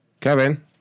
Kevin